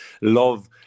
Love